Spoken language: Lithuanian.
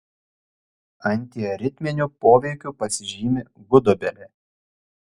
antiaritminiu poveikiu pasižymi gudobelė